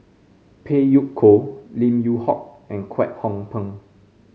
Phey Yew Kok Lim Yew Hock and Kwek Hong Png